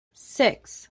six